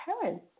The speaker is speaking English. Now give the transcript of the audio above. parents